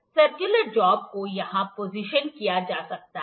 circular job को यहां position किया जा सकता है